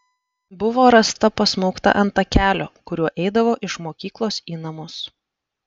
buvo rasta pasmaugta ant takelio kuriuo eidavo iš mokyklos į namus